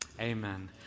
Amen